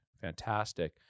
fantastic